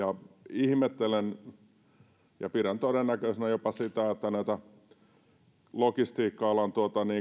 ihmettelen pidän todennäköisenä jopa sitä että näitä logistiikka alan